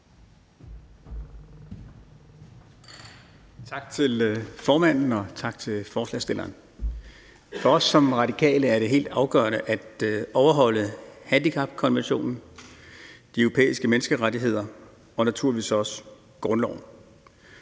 Tak til formanden. Og tak til forslagsstillerne. For os som radikale er det helt afgørende at overholde handicapkonventionen, de europæiske menneskerettigheder og naturligvis også grundloven.